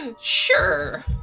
Sure